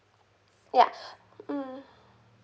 ya mm